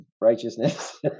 righteousness